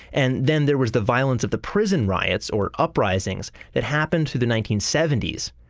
and then there was the violence of the prison riots or uprisings that happened to the nineteen seventy s.